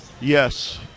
yes